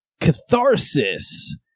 Catharsis